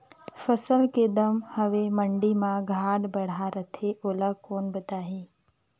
फसल के दम हवे मंडी मा घाट बढ़ा रथे ओला कोन बताही?